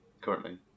currently